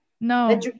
No